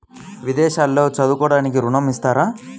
విదేశాల్లో చదువుకోవడానికి ఋణం ఇస్తారా?